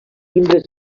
timbres